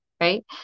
right